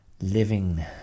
living